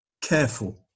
careful